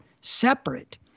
separate